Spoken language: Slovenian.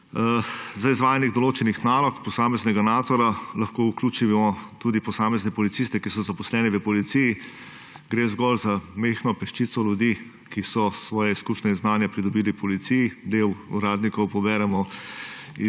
Za izvajanje določenih nalog posameznega nadzora lahko vključimo tudi posamezne policiste, ki so zaposleni v policiji. Gre zgolj za majhno peščico ljudi, ki so svoje izkušnje in znanje pridobili v policiji, del uradnikov pride